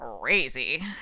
crazy